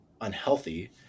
unhealthy